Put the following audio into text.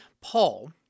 Paul